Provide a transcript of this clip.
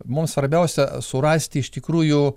mum svarbiausia surasti iš tikrųjų